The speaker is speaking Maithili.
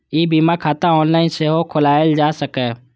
ई बीमा खाता ऑनलाइन सेहो खोलाएल जा सकैए